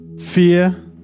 fear